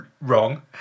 wrong